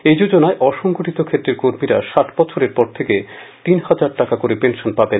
এই যোজনায় অসংগঠিত ক্ষেত্রের কর্মীরা ষাট বছরের পর থেকে তিনহাজার টাকা করে পেনশান পাবেন